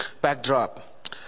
backdrop